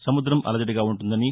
సముద్రం అలజడిగా ఉంటుందని